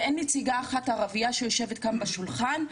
ואין נציגה ערביה אחת שיושבת כאן בשולחן.